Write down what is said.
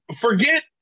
Forget